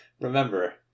Remember